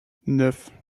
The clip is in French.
neuf